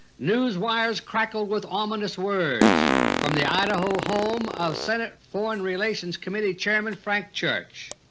news wires crackled with ominous words from the idaho home of senate foreign relations committee chairman, frank church.